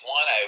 One